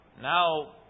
Now